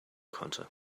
konnte